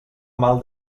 mal